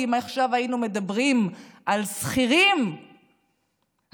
כי אם עכשיו היינו מדברים על שכירים הרי